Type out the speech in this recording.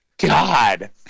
God